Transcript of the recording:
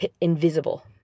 invisible